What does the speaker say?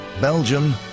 Belgium